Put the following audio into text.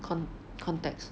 con~ context